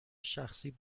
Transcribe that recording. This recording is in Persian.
شخصی